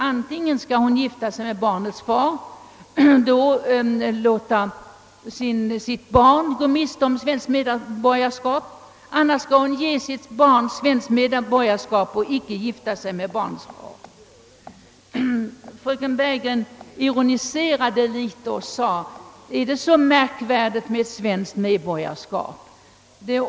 Antingen skall hon gifta sig med barnets far och låta sitt barn gå miste om svenskt medborgarskap eller också skall hon ge barnet svenskt medborgarskap genom att inte gifta sig med dess far. Fröken Bergegren iromniserade litet och sade: »Äär det så märkvärdigt med svenskt medborgarskap?